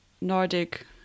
Nordic